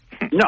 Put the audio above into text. No